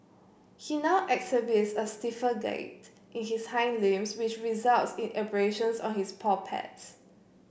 he now exhibits a stiffer gait in his hind limbs which results in abrasions on his paw pads